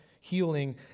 healing